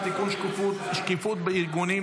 תתבייש.